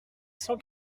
cent